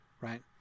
right